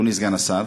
אדוני סגן השר,